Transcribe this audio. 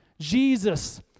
Jesus